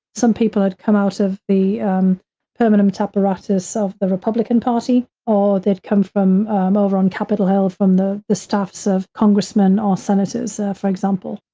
some people had come out of the um permanent apparatus of the republican party, or they'd come from over on capitol hill from the the staffs of congressmen or senators, for example.